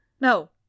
no